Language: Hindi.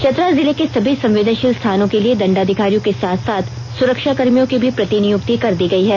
चतरा जिले के सभी संवेदनशील स्थानों के लिए दंडाधिकारियों के साथ साथ सुरक्षाकर्मियों की भी प्रतिनियुक्ति कर दी गई है